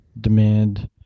demand